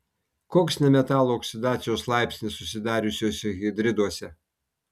koks nemetalų oksidacijos laipsnis susidariusiuose hidriduose